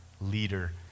leader